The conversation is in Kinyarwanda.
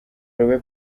rube